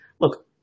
Look